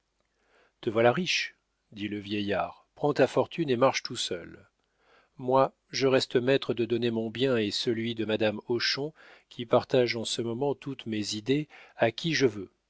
te voilà riche dit le vieillard prends ta fortune et marche tout seul moi je reste maître de donner mon bien et celui de madame hochon qui partage en ce moment toutes mes idées à qui je veux